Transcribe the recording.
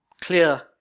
clear